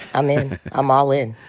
i'm in. i'm all in.